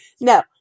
No